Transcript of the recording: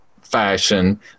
fashion